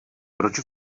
proč